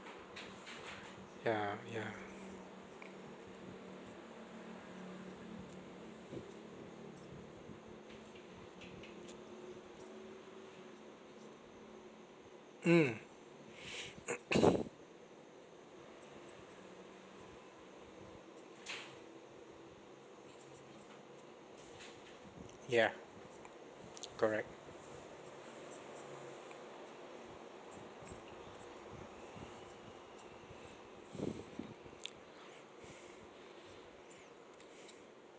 ya ya mm ya correct